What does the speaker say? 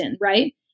right